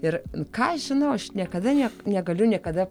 ir ką aš žinau aš niekada nie negaliu niekada